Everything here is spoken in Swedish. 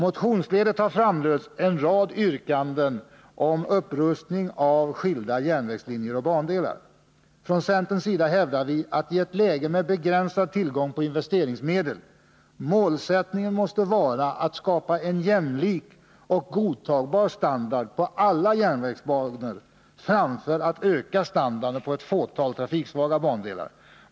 Motionsledes har framförts en rad yrkanden om upprustning av skilda järnvägslinjer och bandelar. Från centerns sida hävdar vi att i ett läge med begränsad tillgång på investeringsmedel målsättningen måste vara att skapa en jämlik och godtagbar standard på alla järnvägsbanor framför att öka standarden på ett fåtal trafikstarka bandelar.